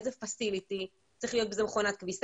אילו מתקנים: צריך להיות בה מכונת כביזה